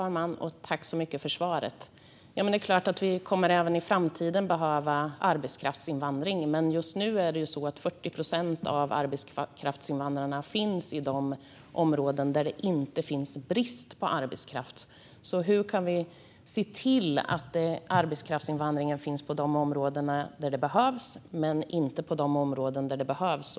Fru talman! Tack så mycket för svaret! Det är klart att vi även i framtiden kommer att behöva arbetskraftsinvandring. Men just nu finns 40 procent av arbetskraftsinvandrarna i de områden där det inte råder brist på arbetskraft. Hur kan vi se till att arbetskraftsinvandringen finns på de områden där den behövs men inte på de områden där den inte behövs?